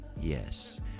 yes